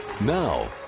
Now